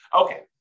Okay